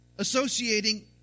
associating